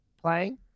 playing